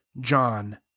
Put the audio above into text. John